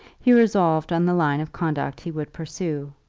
he resolved on the line of conduct he would pursue.